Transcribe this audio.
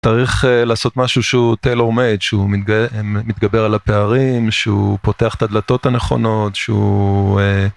צריך לעשות משהו שהוא taylor made, שהוא מתגבר על הפערים, שהוא פותח את הדלתות הנכונות, שהוא.